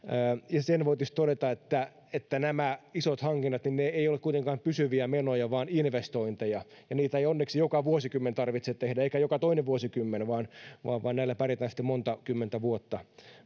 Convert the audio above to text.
sen voi tietysti todeta että että nämä isot hankinnat eivät ole kuitenkaan pysyviä menoja vaan investointeja ja niitä ei onneksi joka vuosikymmen tarvitse tehdä eikä joka toinen vuosikymmen vaan vaan näillä pärjätään sitten monta kymmentä vuotta